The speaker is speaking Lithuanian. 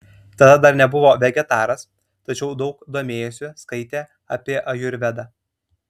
tada dar nebuvo vegetaras tačiau daug domėjosi skaitė apie ajurvedą